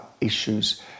issues